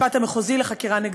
בבית-המשפט המחוזי לחקירה נגדית.